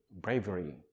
bravery